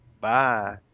bye